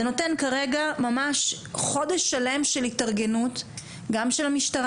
זה נותן כרגע חודש שלם של התארגנות למשטרה,